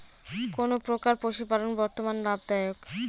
কোন প্রকার পশুপালন বর্তমান লাভ দায়ক?